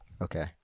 Okay